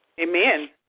Amen